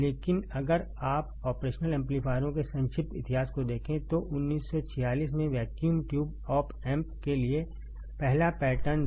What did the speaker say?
लेकिन अगर आप ऑपरेशनल एम्पलीफायरों के संक्षिप्त इतिहास को देखें तो 1946 में वैक्यूम ट्यूब ऑप एम्प के लिए पहला पैटर्न था